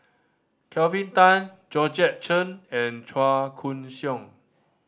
Kelvin Tan Georgette Chen and Chua Koon Siong